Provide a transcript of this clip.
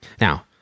Now